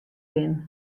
bin